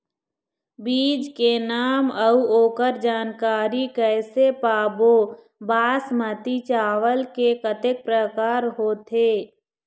बीज के नाम अऊ ओकर जानकारी कैसे पाबो बासमती चावल के कतेक प्रकार होथे?